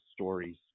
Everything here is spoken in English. stories